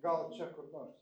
gal čia kur nors